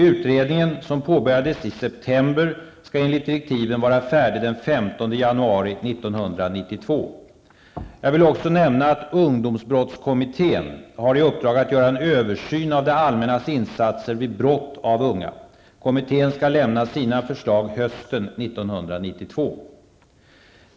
Utredningen, som påbörjades i september, skall enligt direktiven vara färdig den 15 januari 1992. Jag vill också nämna att ungdomsbrottskommittén har i uppdrag att göra en översyn av det allmännas insatser vid brott av unga. Kommittén skall lämna sina förslag hösten 1992.